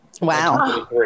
Wow